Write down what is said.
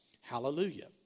Hallelujah